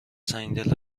سنگدل